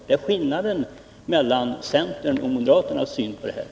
Det är skillnaden mellan centerns och moderaternas syn på detta.